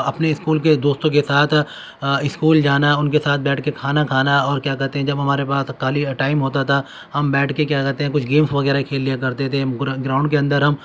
اپنے اسکول کے دوستوں کے ساتھ اسکول جانا ان کے ساتھ بیٹھ کے کھانا کھانا اور کیا کہتے ہیں جب ہمارے پاس خالی ٹائم ہوتا تھا ہم بیٹھ کے کیا کہتے ہیں کچھ گیمس وغیرہ کھیل لیا کرتے تھے گراؤنڈ کے اندر ہم